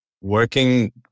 working